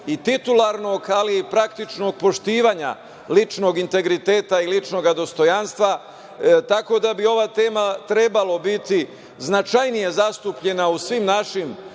i titularnog, ali i praktičnog poštovanja ličnog integriteta i ličnog dostojanstva, tako da bi ova tema trebalo biti značajnije zastupljena u svim našim